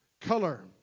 color